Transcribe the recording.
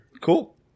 Cool